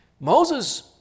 Moses